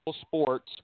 Sports